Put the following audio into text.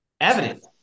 Evidence